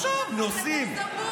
נוסעים,